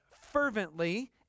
fervently